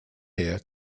here